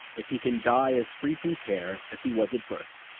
if he can die as free from care as he was at birth,